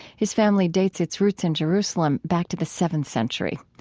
his family dates its roots in jerusalem back to the seventh century.